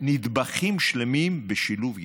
נדבכים שלמים, בשילוב ילדים.